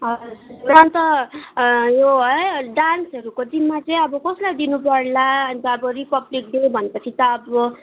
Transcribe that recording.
यो है डान्सहरूको जिम्मा चाहिँ अब कसलाई दिनुपर्ला अन्त अब रिपब्लिक डे भने पछि त अब